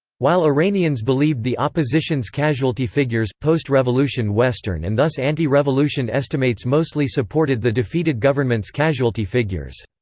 while iranians believed the opposition's casualty figures, post-revolution western and thus anti-revolution estimates mostly supported the defeated government's casualty figures.